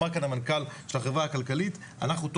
אמר כאן המנכ"ל של החברה הכלכלית "..אנחנו,